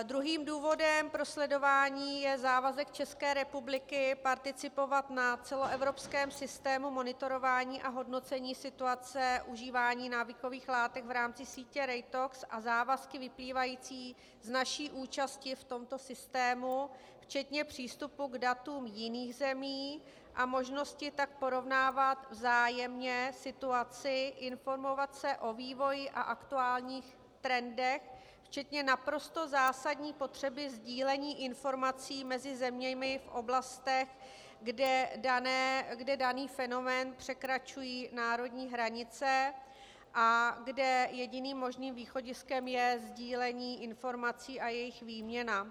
Druhým důvodem pro sledování je závazek České republiky participovat na celoevropském systému monitorování a hodnocení situace užívání návykových látek v rámci sítě Reitox a závazky vyplývající z naší účasti v tomto systému, včetně přístupu k datům jiných zemí a možnosti tak porovnávat vzájemně situaci, informovat se o vývoji a aktuálních trendech, včetně naprosto zásadní potřeby sdílení informací mezi zeměmi v oblastech, kde daný fenomén překračuje národní hranice a kde jediným možným východiskem je sdílení informací a jejich výměna.